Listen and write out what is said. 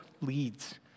leads